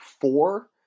four